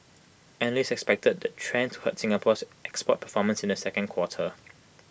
analysts expected that trend to hurt Singapore's export performance in the second quarter